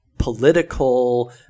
Political